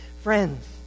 Friends